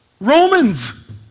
Romans